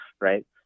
right